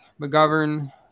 McGovern